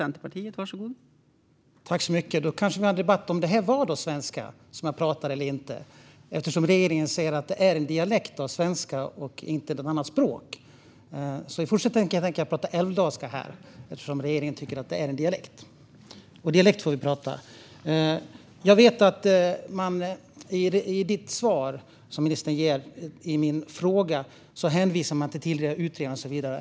Fru talman! Då kanske vi kan ha en debatt om huruvida det var svenska jag pratade eller inte, eftersom regeringen säger att detta är en dialekt av svenska och inte något annat språk. I fortsättningen tänker jag tala älvdalska här, eftersom regeringen tycker att det är en dialekt. Dialekt får vi tala. I ministerns svar på min fråga hänvisar hon till tidigare utredningar och så vidare.